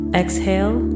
exhale